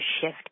shift